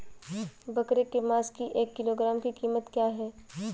बकरे के मांस की एक किलोग्राम की कीमत क्या है?